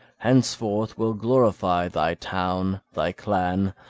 henceforth will glorify thy town, thy clan,